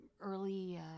early